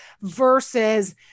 versus